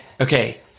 okay